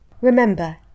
Remember